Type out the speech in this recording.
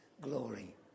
glory